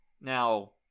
Now